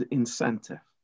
incentive